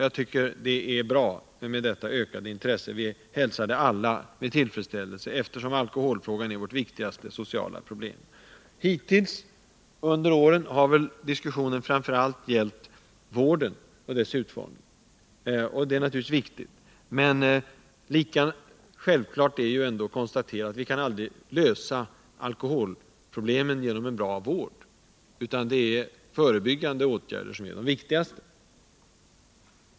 Jag liksom alla andra hälsar detta ökade intresse med tillfredsställelse, eftersom alkoholfrågan är vårt största sociala problem. Hittills under åren har diskussionen framför allt gällt vården och dess utformning, och den är naturligtvis viktig. Men vi måste samtidigt konstatera att vi aldrig kan lösa alkoholproblemen bara genom en ULra vård, utan de förebyggande åtgärderna är de viktigaste.